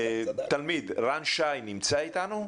תלמיד, רן שי נמצא איתנו?